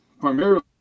primarily